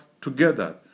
together